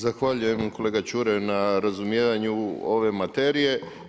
Zahvaljujem kolega Čuraju na razumijevanju ove materije.